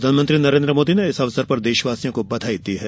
प्रधानमंत्री नरेन्द्र मोदी ने इस अवसर पर देशवासियों को बधाई दी है